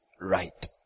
right